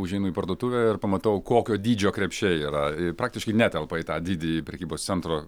užeinu į parduotuvę ir pamatau kokio dydžio krepšiai yra ir praktiškai netelpa į tą didįjį prekybos centro